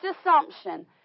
assumption